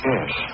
Yes